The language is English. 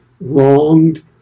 wronged